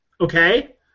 Okay